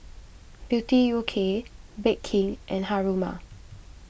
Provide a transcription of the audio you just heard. Beauty U K Bake King and Haruma